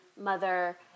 mother